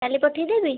କାଲି ପଠେଇଦେବି